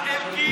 דרך אגב,